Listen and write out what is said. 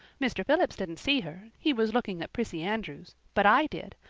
mr. phillips didn't see her he was looking at prissy andrews but i did.